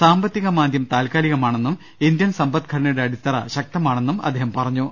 സാമ്പത്തിക മാന്ദ്യം താൽക്കാലി കമാണെന്നും ഇന്ത്യൻ സമ്പദ്ഘടനയുടെ അടിത്തറ് ശക്തമാണെന്നും അദ്ദേഹം പറഞ്ഞു